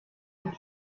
und